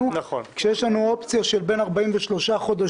כשיש לנו אופציה של בין 43 חודשים